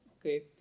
okay